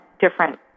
different